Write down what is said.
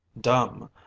dumb